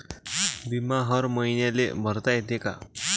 बिमा हर मईन्याले भरता येते का?